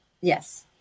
Yes